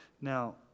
Now